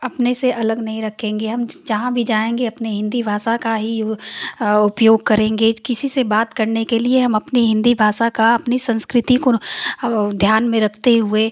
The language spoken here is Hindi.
अपने से अलग नहीं रखेंगे हम जहाँ भी जाएंगे अपने हिन्दी भाषा का ही यु उपयोग करेंगे किसी से बात करने के किए हम अपने हिन्दी भाषा का अपनी संस्कृति को ध्यान में रखते हुए